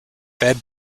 fed